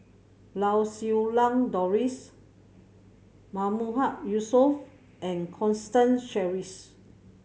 Lau Siew Lang Doris Mahmood Yusof and Constance Sheares